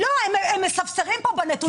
הם מספסרים כאן בנתונים.